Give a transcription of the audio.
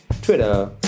Twitter